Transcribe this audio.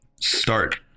start